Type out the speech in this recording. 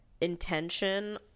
intention